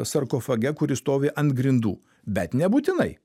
sarkofage kuris stovi ant grindų bet nebūtinai